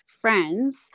friends